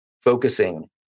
focusing